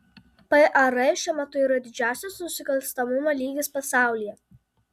par šiuo metu yra didžiausias nusikalstamumo lygis pasaulyje